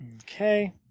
Okay